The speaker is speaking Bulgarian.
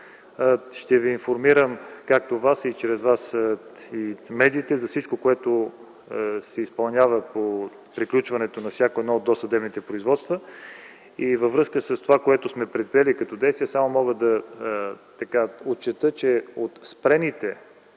Ще Ви информирам, както Вас, а чрез Вас и медиите, за всичко, което се изпълнява по приключването на всяко едно от досъдебните производства. Във връзка с това, което сме предприели като действия, мога да отчета, че от спрените